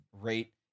rate